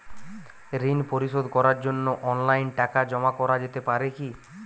ঋন পরিশোধ করার জন্য অনলাইন টাকা জমা করা যেতে পারে কি?